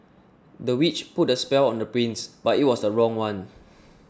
the witch put a spell on the prince but it was the wrong one